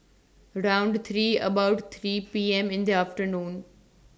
round three about three P M in The afternoon